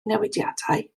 newidiadau